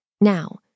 Now